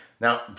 Now